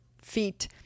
feet